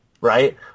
right